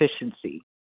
efficiency